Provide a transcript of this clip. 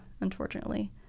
unfortunately